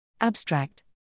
Abstract